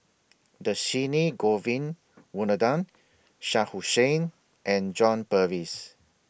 Dhershini Govin Winodan Shah Hussain and John Purvis